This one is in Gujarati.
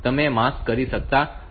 તેથી તમે તેને માસ્ક કરી શકતા નથી